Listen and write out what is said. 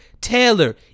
Taylor